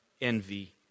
envy